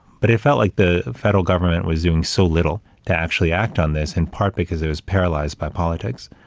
but it felt like the federal government was doing so little to actually act on this, in part because it was paralyzed by politics.